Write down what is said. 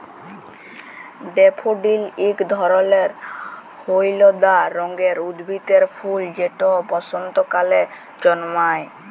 daffodil ইক ধরলের হইলদা রঙের উদ্ভিদের ফুল যেট বসল্তকালে জল্মায়